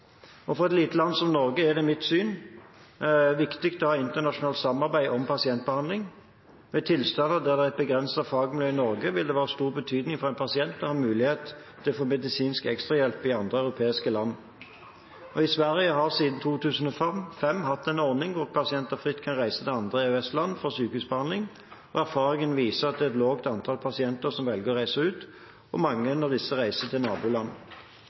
For et lite land som Norge er det etter mitt syn viktig å ha internasjonalt samarbeid om pasientbehandling. Ved tilstander der det er et begrenset fagmiljø i Norge, vil det være av stor betydning for en pasient å ha mulighet til å få medisinsk ekstrahjelp i andre europeiske land. I Sverige har man siden 2005 hatt en ordning hvor pasienter fritt kan reise til andre EØS-land for sykehusbehandling. Erfaringen viser at det er et lavt antall pasienter som velger å reise ut, og mange av disse reiser til naboland.